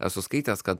esu skaitęs kad